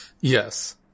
Yes